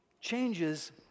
changes